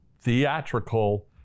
theatrical